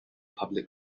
public